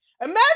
Imagine